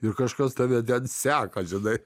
ir kažkas tave seka žinai